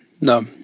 no